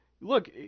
look